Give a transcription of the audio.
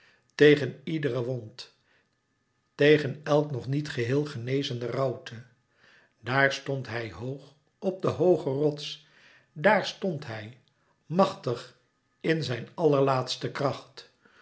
tegen iedere wond tegen elk nog niet geheel genezene rauwte dàar stond hij hoog op den hoogen rots daar stond hij màchtig in zijn àllerlaatste kracht